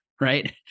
Right